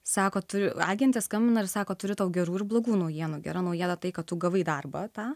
sako turiu agentę skambina ir sako turiu tau gerų ir blogų naujienų gera naujiena tai kad tu gavai darbą tą